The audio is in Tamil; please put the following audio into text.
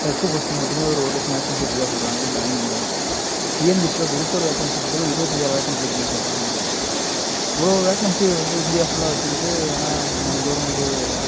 க்ளெர்க்கு போஸ்ட்டிங் மட்டுமே ஒரு ஒரு லட்சம் வேக்கன்ஸி இருக்கறதாக சொல்லுறாங்க பேங்கிங்கில டிஎன்பிசியில க்ரூஃப் ஃபோர் வேக்கன்ஸி மட்டுமே இருபத்தஞ்சாயிரம் வேக்கன்ஸி இருக்குன்னு சொல்லுறாங்க இவ்வளோ வேக்னன்ஸி வந்து இந்தியா ஃபுல்லாக வச்சிக்கிட்டு ஆனால் நம்ம கவுர்மெண்ட்டு